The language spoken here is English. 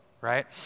right